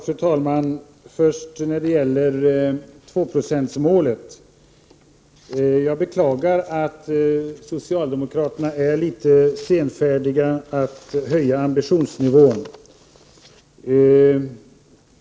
Fru talman! Först vill jag ta upp tvåprocentsmålet. Jag beklagar att socialdemokraterna är litet senfärdiga med att höja ambitionsnivån.